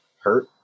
hurt